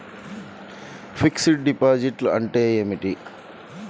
Fixed డిపాజిట్లు అంటే ఏమిటి?